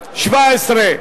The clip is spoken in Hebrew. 17,